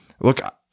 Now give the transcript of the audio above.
Look